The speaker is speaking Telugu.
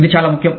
ఇది చాలా ముఖ్యం